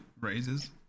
raises